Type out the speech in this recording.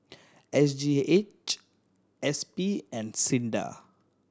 S G H S P and SINDA